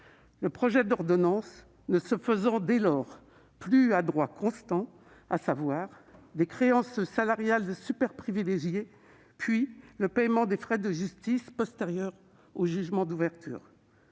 Le projet d'ordonnance ne se ferait dès lors plus à droit constant, avec des créances salariales superprivilégiées, puis le paiement des frais de justice postérieurs au jugement d'ouverture.